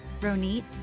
Ronit